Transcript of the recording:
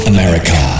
America